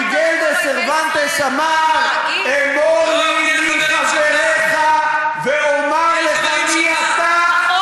מיגל דה סרוואנטס אמר: אמור לי מי חבריך ואומר לך מי אתה.